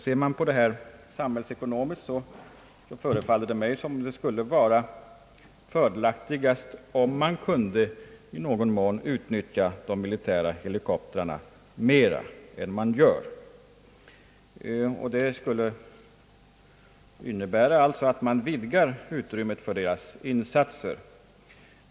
Ser man på problemet samhällsekonomiskt, förefaller det mig som om det skulle vara mest fördelaktigt om man kunde utnyttja de militära helikoptrarna mera än som nu sker. Det skulle innebära att man vidgar utrymmet för deras insatser.